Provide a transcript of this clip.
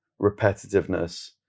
repetitiveness